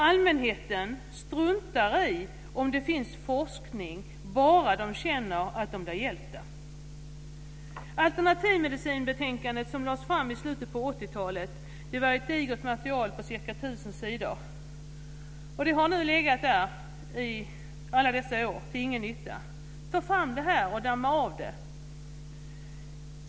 Allmänheten struntar i om det finns forskning, bara man känner att man blir hjälpt. Alternativmedicinbetänkandet, som lades fram i slutet av 80-talet, var ett digert material på ca 1 000 sidor. Det har nu legat till ingen nytta i alla dessa år. Ta fram det och damma av det!